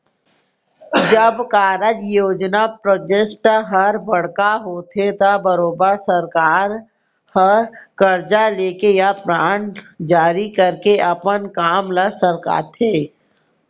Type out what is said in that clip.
जब कारज, योजना प्रोजेक्ट हर बड़का होथे त बरोबर सरकार हर करजा लेके या बांड जारी करके अपन काम ल सरकाथे